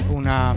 una